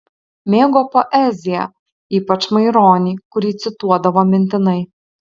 mėgo poeziją ypač maironį kurį cituodavo mintinai